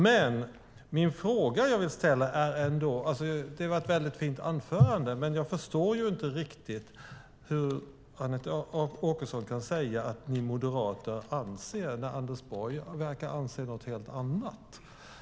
Det var ett väldigt fint anförande, men jag förstår inte riktigt hur Anette Åkesson kan säga att ni moderater anser detta när Anders Borg verkar anse något helt annat.